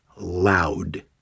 Loud